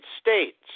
States